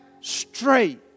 straight